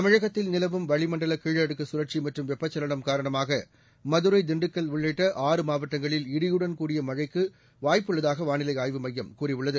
தமிழகத்தில் நிலவும் வளிமண்டல கீழடுக்கு சுழற்சி மற்றும் வெப்பச்சலனம் காரணமாக மதுரை திண்டுக்கல் உள்ளிட்ட ஆறு மாவட்டங்களில் இடியுடன் கூடிய மழைக்கு வாய்ப்புள்ளதாக வானிலை ஆய்வு மையம் கூறியுள்ளது